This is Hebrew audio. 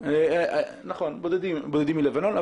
בודדים מלבנון.